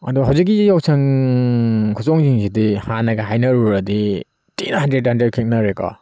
ꯑꯗꯣ ꯍꯧꯖꯤꯛꯀꯤ ꯌꯥꯎꯁꯪ ꯈꯨꯆꯣꯡꯁꯤꯡꯁꯤꯗꯤ ꯍꯥꯟꯅꯒ ꯍꯥꯏꯅꯔꯨꯔꯗꯤ ꯊꯤꯅ ꯍꯟꯗ꯭ꯔꯦꯗꯇ ꯍꯟꯗ꯭ꯔꯦꯗ ꯈꯦꯠꯅꯔꯦꯀꯣ